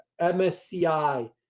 MSCI